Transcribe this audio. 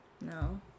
No